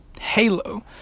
Halo